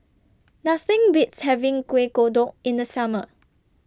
Nothing Beats having Kuih Kodok in The Summer